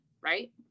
right